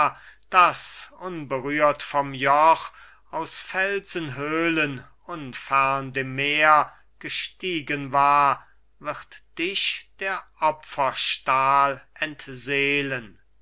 das unberührt vom joch aus felsenhöhlen unfern dem meer gestiegen war wird dich der opferstahl entseelen